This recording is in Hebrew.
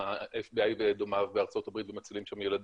עם ה-FBI ודומיו בארה"ב ומצילים שם ילדים,